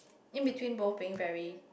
in between both very